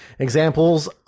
Examples